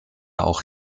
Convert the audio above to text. auch